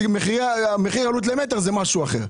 אם מחיר העלות למ"ר הוא משהו אחר?